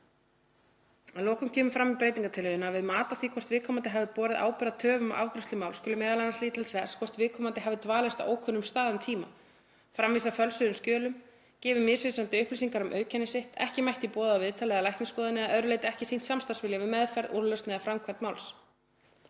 Að lokum kemur fram í breytingartillögunni að við mat á því hvort viðkomandi hafi borið ábyrgð á töfum á afgreiðslu máls skuli m.a. líta til þess hvort viðkomandi hafi dvalist á ókunnum stað um tíma, framvísað fölsuðum skjölum, gefið misvísandi upplýsingar um auðkenni sitt, ekki mætt í boðað viðtal eða læknisskoðun eða að öðru leyti ekki sýnt samstarfsvilja við meðferð, úrlausn eða framkvæmd máls.